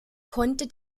konnte